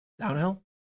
Downhill